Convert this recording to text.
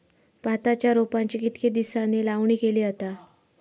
भाताच्या रोपांची कितके दिसांनी लावणी केली जाता?